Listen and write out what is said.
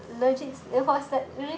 legit it was like really